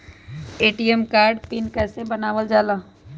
ATM card के PIN कैसे बनावल जाला?